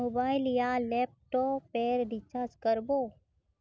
Mobile या laptop पेर recharge कर बो?